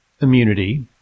immunity